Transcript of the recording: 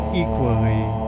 equally